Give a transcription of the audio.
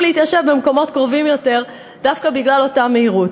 להתיישב במקומות קרובים יותר דווקא בגלל אותה מהירות.